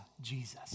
Jesus